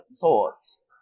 thoughts